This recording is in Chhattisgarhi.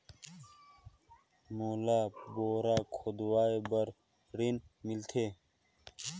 मोला बोरा खोदवाय बार ऋण मिलथे?